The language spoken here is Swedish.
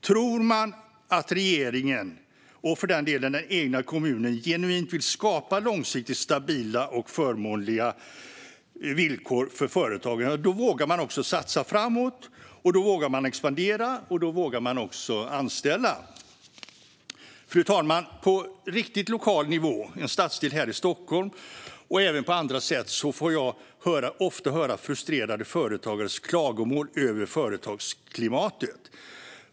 Tror man att regeringen, och för den delen den egna kommunen, genuint vill skapa långsiktigt stabila och förmånliga villkor för företagande vågar man också satsa framåt. Man vågar expandera, och man vågar också anställa. Fru talman! Från riktigt lokal nivå, när det gäller en stadsdel här i Stockholm och även från andra håll, får jag ofta höra frustrerade företagares klagomål över företagsklimatet.